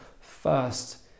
first